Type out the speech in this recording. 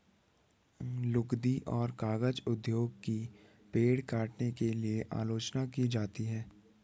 लुगदी और कागज उद्योग की पेड़ काटने के लिए आलोचना की जाती है